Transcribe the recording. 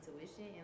intuition